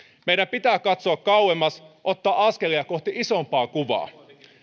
meidän pitää katsoa kauemmas ottaa askelia kohti isompaa kuvaa